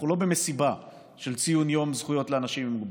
אנחנו לא במסיבה של ציון יום זכויות לאנשים עם מוגבלויות.